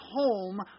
home